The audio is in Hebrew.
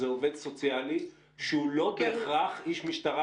זה עובד סוציאלי שהוא לא בהכרח גם איש משטרה.